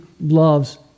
loves